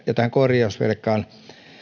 ja korjausvelkaan